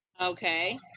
okay